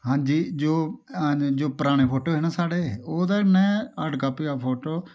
हां जी जो जो पराने फोटो है नां साढ़े ओह्दे कन्नै हार्ड काॅपी ते फोटो